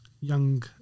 young